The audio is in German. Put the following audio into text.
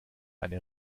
eine